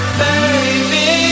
baby